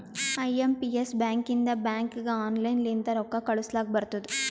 I M P S ಬ್ಯಾಕಿಂದ ಬ್ಯಾಂಕ್ಗ online ಲಿಂತ ರೊಕ್ಕಾ ಕಳೂಸ್ಲಕ್ ಬರ್ತುದ್